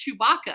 Chewbacca